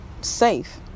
safe